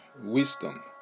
wisdom